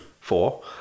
Four